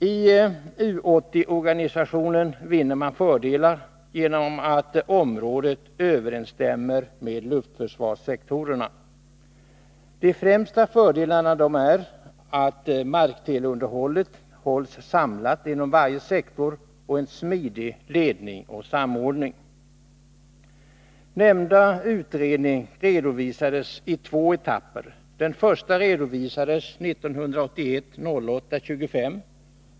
I U 80-organisationen finner man fördelar genom att området överensstämmer med luftförsvarssektorerna. De främsta fördelarna är att markteleunderhållet hålls samlat inom varje sektor och att man får en smidig ledning och samordning. Nämnda utredning redovisades i två etapper. Den första redovisades den 25 augusti 1981.